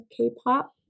K-pop